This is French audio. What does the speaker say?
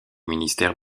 ministère